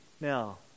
now